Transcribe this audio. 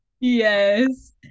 Yes